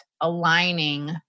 aligning